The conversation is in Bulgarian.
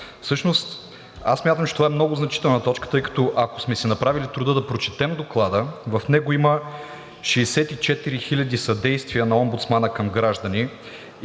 аз смятам, че това е много значителна точка, тъй като, ако сме си направили труда да прочетем Доклада, в него има 64 хиляди съдействия на омбудсмана към граждани,